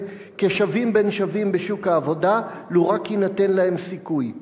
כשווים בין שווים בשוק העבודה לו רק יינתן להם סיכוי.